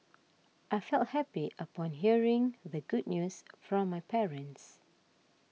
I felt happy upon hearing the good news from my parents